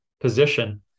position